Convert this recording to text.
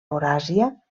euràsia